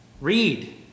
read